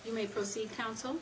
you may proceed counsel